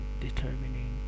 determining